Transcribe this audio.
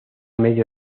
medio